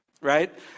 Right